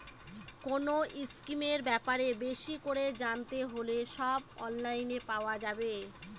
কোনো স্কিমের ব্যাপারে বেশি করে জানতে হলে সব অনলাইনে পাওয়া যাবে